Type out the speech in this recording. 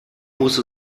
muss